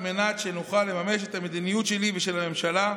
על מנת שנוכל לממש את המדיניות שלי ושל הממשלה,